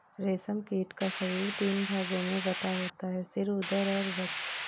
रेशम कीट का शरीर तीन भागों में बटा होता है सिर, उदर और वक्ष